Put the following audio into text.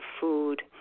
food